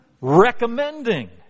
recommending